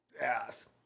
ass